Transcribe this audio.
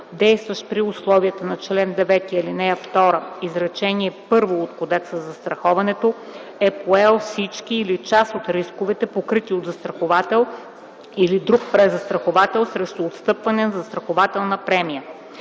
действащ при условията на чл. 9, ал. 2, изречение първо от Кодекса за застраховането, е поел всички или част от рисковете, покрити от застраховател или друг презастраховател, срещу отстъпване на застрахователна премия.